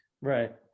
right